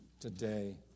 today